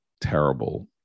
terrible